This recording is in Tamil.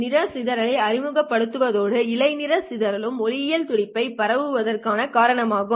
நிற சிதறலை அறிமுகப்படுத்துவதோடு இழை நிற சிதறலும் ஒளியியல் துடிப்புகளை பரப்புவதற்கு காரணமாகிறது